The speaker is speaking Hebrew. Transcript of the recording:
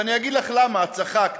ואני אגיד לך למה, את צחקת.